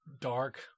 dark